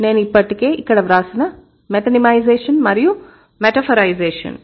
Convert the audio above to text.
నేను ఇప్పటికే ఇక్కడ వ్రాసిన మెటోనిమైజేషన్ మరియు మెటాఫరైజేషన్